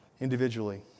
individually